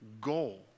goal